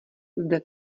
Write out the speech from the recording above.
zde